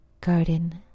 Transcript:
Garden